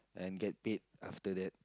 and get paid after that